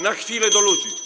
na chwilę do ludzi.